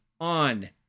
on